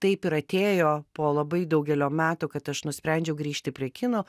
taip ir atėjo po labai daugelio metų kad aš nusprendžiau grįžti prie kino